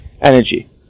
energy